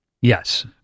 Yes